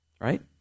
right